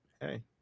hey